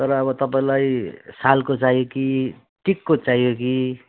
तर अब तपाईँलाई सालको चाहियो कि टिकको चाहियो कि